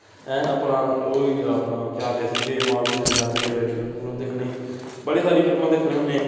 ऐ अपना ओह् होई गेआ अपना केह् आखदे उसी वेवमॉल च जन्ने अस केईं बारी फिल्म फुल्म दिक्खने ई बड़ी सारी फिल्मां दिक्खने होन्ने